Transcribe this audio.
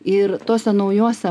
ir tose naujose